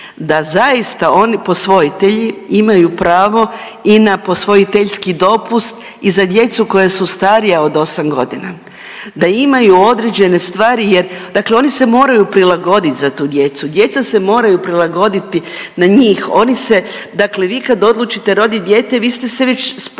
da zaista posvojitelji imaju pravo i na postojiteljski dopust i za djecu koja su starija od 8 godina. Da imaju određene stvari jer, dakle oni se moraju prilagoditi za tu djecu, djeca se moraju prilagoditi na njih, oni se, dakle vi kad odlučite roditi dijete, vi ste već spremili